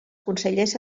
consellers